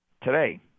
today